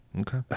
Okay